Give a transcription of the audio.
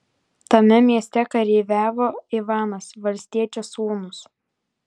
tame mieste kareiviavo ivanas valstiečio sūnus